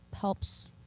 helps